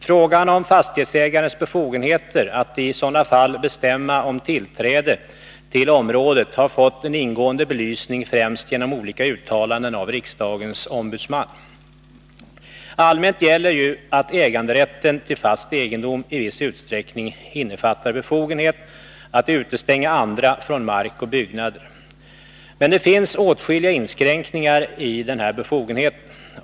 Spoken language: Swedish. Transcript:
Frågan om fastighetsägarens befogenheter att i sådana fall bestämma om tillträde till området har fått en ingående belysning främst genom olika uttalanden av riksdagens ombudsmän. Allmänt sett gäller ju att äganderätten till fast egendom i viss utsträckning innefattar befogenheten att utestänga andra från mark och byggnader. Det finns dock åtskilliga inskränkningar i denna befogenhet.